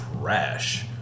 trash